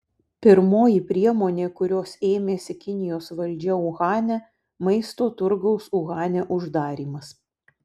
pirmoji priemonė kurios ėmėsi kinijos valdžia uhane maisto turgaus uhane uždarymas